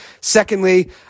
Secondly